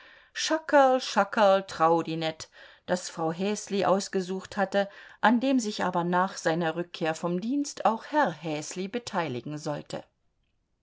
schackerl schackerl trau di net das frau häsli ausgesucht hatte an dem sich aber nach seiner rückkehr vom dienst auch herr häsli beteiligen sollte